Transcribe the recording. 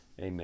Amen